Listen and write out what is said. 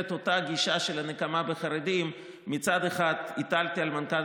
אותה גישה של נקמה בחרדים מצד אחד הטלתי על מנכ"ל